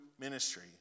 ministry